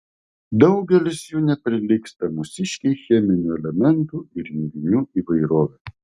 daugelis jų neprilygsta mūsiškei cheminių elementų ir junginių įvairove